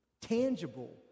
tangible